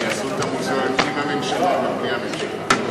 הם יעשו את המוזיאון עם הממשלה ובלי הממשלה.